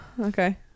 Okay